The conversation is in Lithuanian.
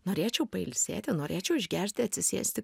norėčiau pailsėti norėčiau išgerti atsisėsti